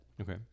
Okay